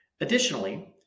Additionally